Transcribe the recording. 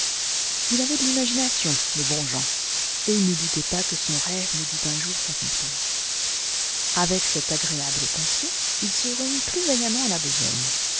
il avait de l'imagination le bon jean et il ne doutaitpas que son rêve ne dût un jour s'accomplir avec cette agréable pensée il se remit plus vaillamment à la besogne